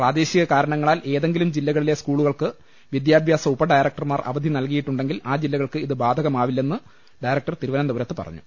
പ്രാദേശിക കാര ണങ്ങളാൽ ഏതെങ്കിലും ജില്ലകളിലെ സ്കൂളുകൾക്ക് വിദ്യാഭ്യാസ ഉപഡയറക്ടർമാർ അവധി നൽകിയിട്ടുണ്ടെങ്കിൽ ആ ജില്ലകൾക്ക് ഇത് ബാധകമാവില്ലെന്ന് ഡയറക്ടർ തിരുവനന്തപുരത്ത് പറഞ്ഞു